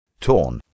Torn